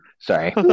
Sorry